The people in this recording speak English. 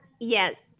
Yes